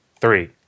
three